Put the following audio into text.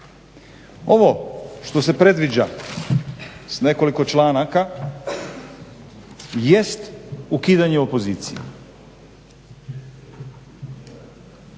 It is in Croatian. Ovo što se predviđa s nekoliko članaka jest ukidanje opozicije.